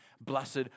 Blessed